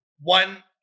one